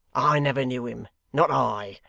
i never knew him not i.